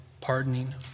pardoning